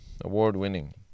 award-winning